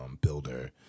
builder